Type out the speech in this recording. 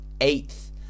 eighth